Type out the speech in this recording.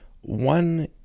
One